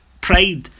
pride